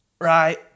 Right